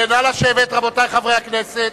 רבותי חברי הכנסת,